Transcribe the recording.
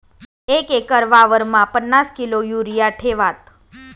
एक एकर वावरमा पन्नास किलो युरिया ठेवात